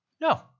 No